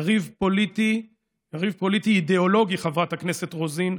יריב פוליטי אידיאולוגי, חברת הכנסת רוזין,